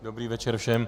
Dobrý večer všem.